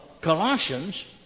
Colossians